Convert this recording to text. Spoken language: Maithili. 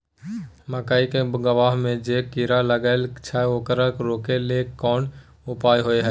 मकई के गबहा में जे कीरा लागय छै ओकरा रोके लेल कोन उपाय होय है?